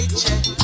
check